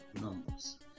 Numbers